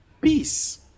peace